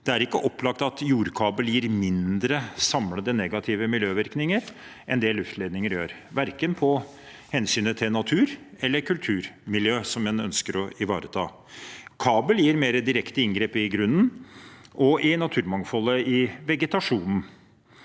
at det ikke er opplagt at jordkabel gir mindre samlede negative miljøvirkninger enn luftledninger gjør, verken for hensynet til natur eller kulturmiljø en ønsker å ivareta. Kabel gir mer direkte inngrep i grunnen og i naturmangfoldet i vegetasjonen.